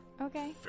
Okay